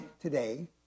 today